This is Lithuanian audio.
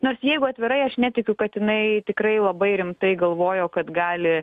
nors jeigu atvirai aš netikiu kad jinai tikrai labai rimtai galvojo kad gali